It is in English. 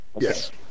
Yes